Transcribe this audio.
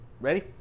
Ready